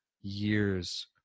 years